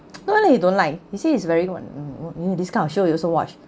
no leh he don't like he say his very what this kind of show you also watch